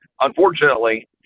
unfortunately